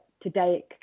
today